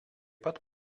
pat